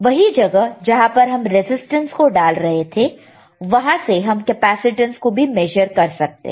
वही जगह जहां पर हम रेजिस्टेंस को डाल रहे हैं वहां से हम कैपेसिटेंस को भी मेज़र कर सकते हैं